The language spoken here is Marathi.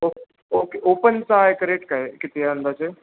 ओक ओके ओपनचा एक रेट काय किती आहे अंदाजे